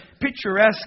picturesque